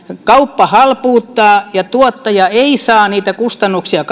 kauppa halpuuttaa ja tuottaja ei saa katetuksi niitä kustannuksia